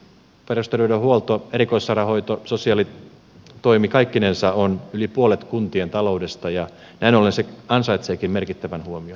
perusterveydenhuolto erikoissairaanhoito sosiaalitoimi kaikkinensa on yli puolet kuntien taloudesta ja näin ollen se ansaitseekin merkittävän huomion